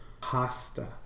pasta